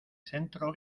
centro